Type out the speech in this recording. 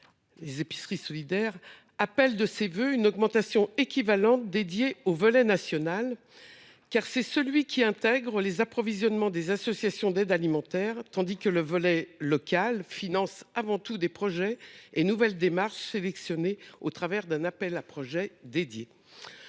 Néanmoins, elle appelle de ses vœux une augmentation équivalente de son volet national. En effet, ce volet concerne les approvisionnements des associations d’aide alimentaire, tandis que le volet local finance avant tout des projets et nouvelles démarches sélectionnés au travers d’un appel à projets.